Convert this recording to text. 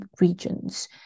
regions